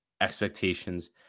expectations